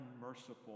unmerciful